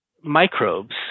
microbes